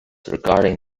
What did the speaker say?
regarding